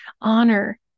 honor